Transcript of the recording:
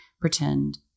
pretend